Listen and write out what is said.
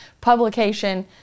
publication